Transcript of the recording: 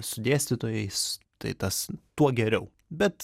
su dėstytojais tai tas tuo geriau bet